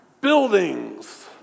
buildings